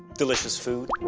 delicious food?